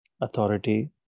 authority